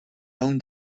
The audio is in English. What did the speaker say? own